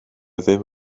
ddim